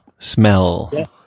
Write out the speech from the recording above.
smell